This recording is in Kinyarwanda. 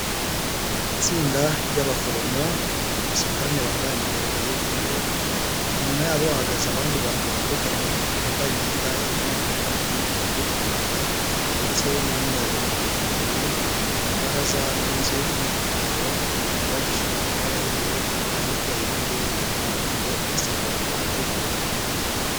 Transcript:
Itsinda ry'abaforomo basutamye bambaye amadabure y'ubururu inyuma yabo hahagaze abandi bantu batandukanye bambaye imyenda irimo ibara ry'umutuku umukara ndetse n'umweru bari mu ibaraza ry'inzu iri inyuma yabo yubakisha amatafari ahiye kandi iteye irangi ry'umuhondo inasakaje amabati y'ubururu.